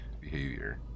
behavior